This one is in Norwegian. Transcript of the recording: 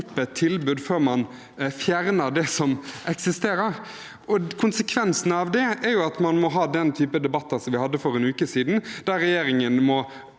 tilbud før man fjerner det som eksisterer. Konsekvensen av det er at man må ha den type debatt vi hadde for en uke siden, der regjeringen i